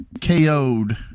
KO'd